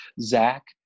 Zach